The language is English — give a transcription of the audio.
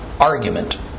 argument